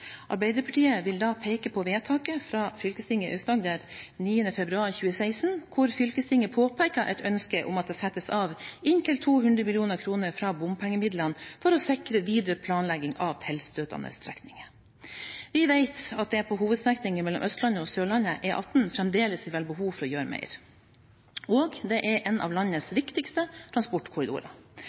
Arbeiderpartiet vil da peke på vedtaket fra fylkestinget i Aust-Agder den 9. februar 2016, hvor fylkestinget påpeker et ønske om at det settes av inntil 200 mill. kr av bompengemidlene for å sikre videre planlegging av tilstøtende strekninger. Vi vet at det på hovedstrekningen mellom Østlandet og Sørlandet, E18, fremdeles vil være behov for å gjøre mer. Det er en av landets viktigste transportkorridorer.